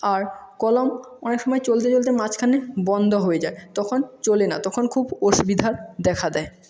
আর কলম অনেক সময় চলতে চলতে মাঝখানে বন্ধ হয়ে যায় তখন চলে না তখন খুব অসুবিধার দেখা দেয়